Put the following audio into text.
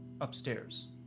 upstairs